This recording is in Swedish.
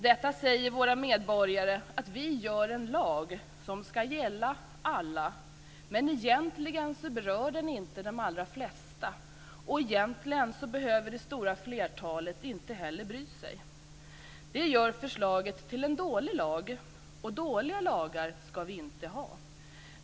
Detta säger våra medborgare att vi stiftar en lag som ska gälla alla men att den egentligen inte berör de allra flesta. Och egentligen behöver det stora flertalet inte heller bry sig. Det gör förslaget till en dålig lag, och dåliga lagar ska vi inte ha.